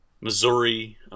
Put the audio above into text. Missouri